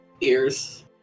ears